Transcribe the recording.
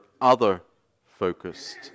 other-focused